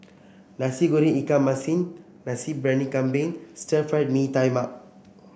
Nasi Goreng Ikan Masin Nasi Briyani Kambing Stir Fried Mee Tai Mak